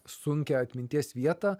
sunkią atminties vietą